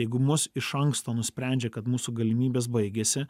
jeigu mus iš anksto nusprendžia kad mūsų galimybės baigėsi